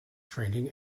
training